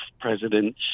President